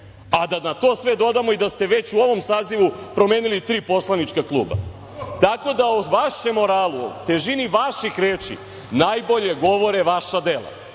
a da na to sve dodamo i da ste već u ovom sazivu promenili tri poslanička kluba. Tako da o vašem moralu, težini vaših reči, najbolje govore vaša dela. Ja